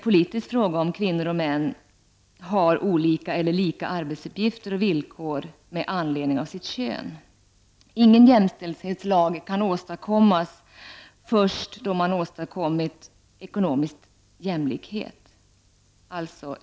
Om kvinnor och män har olika eller lika arbetsuppgifter och villkor med anledning av sitt kön -- det är inte en politisk fråga.